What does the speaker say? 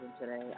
today